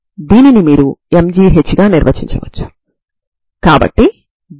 దీనిని కూడా పరిష్కారమని మీరు అనుకోవచ్చు సరేనా